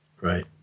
Right